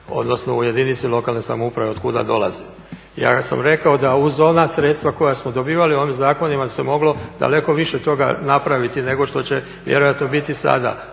odnosno u jedinici lokalne samouprave otkuda dolazim. Ja sam rekao da uz ona sredstva koja smo dobivali ovim zakonima se moglo daleko više toga napraviti nego što će vjerojatno biti sada.